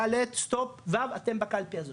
ד' סטופ ו' אתם בקלפי הזאת,